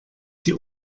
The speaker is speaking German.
die